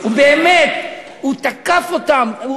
הוא באמת תקף אותם.